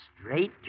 straight